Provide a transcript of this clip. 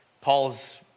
Paul's